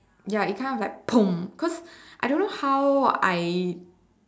ya it kind of like cause I don't know how I